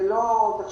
זה לא מדויק.